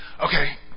Okay